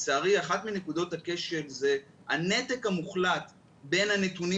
לצערי אחת מנקודות הכשל זה הנתק המוחלט בין הנתונים